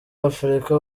afurika